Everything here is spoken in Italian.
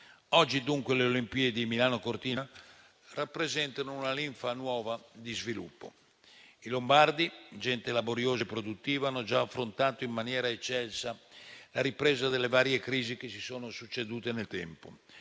Oggi dunque le Olimpiadi invernali Milano-Cortina rappresentano una linfa nuova di sviluppo. I lombardi, gente laboriosa e produttiva, hanno già affrontato in maniera eccelsa la ripresa dalle varie crisi che si sono succedute nel tempo